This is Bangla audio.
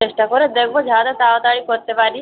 চেষ্টা করে দেখবো যতটা তাড়াতাড়ি করতে পারি